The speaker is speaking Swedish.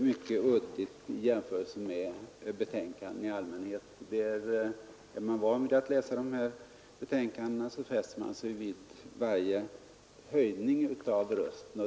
mycket uddigt i jämförelse med betänkanden i allmänhet. Är man van vid att läsa utskottsbetänkanden fäster man sig vid varje höjning av rösten.